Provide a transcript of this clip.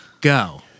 go